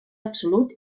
absolut